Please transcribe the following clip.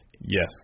Yes